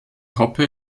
hoppe